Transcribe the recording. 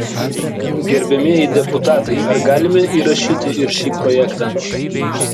gerbiamieji deputatai ar galime įrašyti ir šį projektą